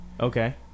Okay